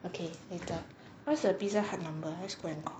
okay later what's the pizza hut number let's go and call